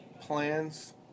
plans